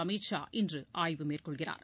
அமித் ஷா இன்று ஆய்வு மேற்கொள்கிறார்